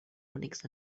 únics